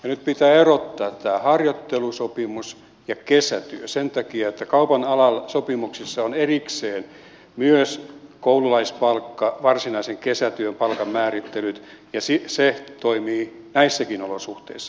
nyt pitää erottaa tämä harjoittelusopimus ja kesätyö sen takia että kaupan alan sopimuksissa on erikseen myös koululaispalkka varsinaisen kesätyön palkan määrittelyt ja se toimii näissäkin olosuhteissa